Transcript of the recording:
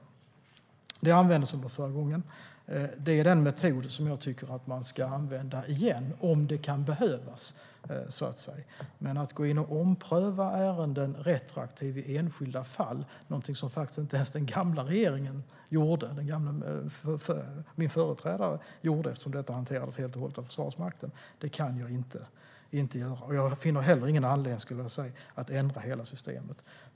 Det användes förra gången. Det är en metod som jag tycker att man ska använda igen om det kan behövas. Men att gå in och ompröva ärenden retroaktivt i enskilda fall, någonting som faktiskt inte ens den förra regeringen och min företrädare gjorde eftersom detta helt och hållet hanterades av Försvarsmakten, kan vi inte göra. Jag finner heller ingen anledning att ändra hela systemet.